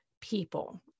people